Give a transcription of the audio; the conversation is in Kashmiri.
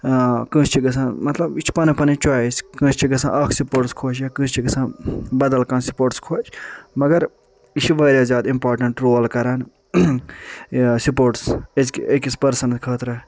اۭں کٲنسہٕ چھِ گژھان مطلب یہِ چھِ پنٕنۍ پنٕنۍ چوایس کٲنسہٕ چھِ گژھان اَکھ سپورٹٕس خۄش یا کٲنسہِ چھُ گژھان بدل کانٛہہ سپورٹٕس خۄش مگر یہِ چھُ واریاہ زیادٕ امپارٹیٚنٹ رول کران یہِ سپورٹٕس أزکہِ اکِس پٔرسنَس خٲطرٕ